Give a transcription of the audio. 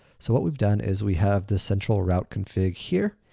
so what we've done is we have the central route config here.